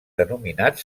denominat